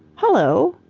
hullo!